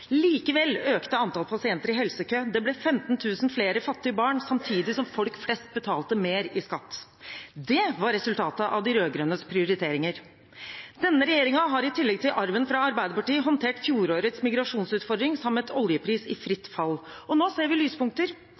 Likevel økte antall pasienter i helsekø, det ble 15 000 flere fattige barn, samtidig som folk flest betalte mer i skatt. Det var resultatet av de rød-grønnes prioriteringer. Denne regjeringen har i tillegg til arven fra Arbeiderpartiet håndtert fjorårets migrasjonsutfordring samt en oljepris i fritt fall. Nå ser vi lyspunkter.